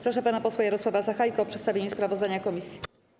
Proszę pana posła Jarosława Sachajkę o przedstawienie sprawozdania komisji.